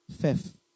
Fifth